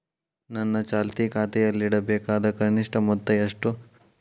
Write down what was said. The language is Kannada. ನನ್ನ ಚಾಲ್ತಿ ಖಾತೆಯಲ್ಲಿಡಬೇಕಾದ ಕನಿಷ್ಟ ಮೊತ್ತ ಎಷ್ಟು?